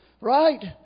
Right